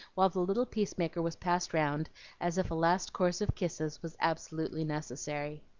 while the little peacemaker was passed round as if a last course of kisses was absolutely necessary.